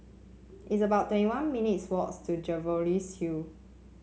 it's about twenty one minutes' walk to Jervois Hill